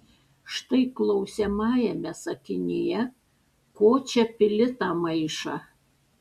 štai klausiamajame sakinyje ko čia pili tą maišą